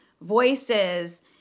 voices